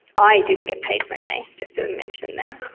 i didn't get paid for an a, just a and mention there.